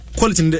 Quality